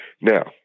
now